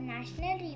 National